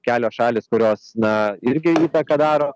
kelios šalys kurios na irgi įtaką daro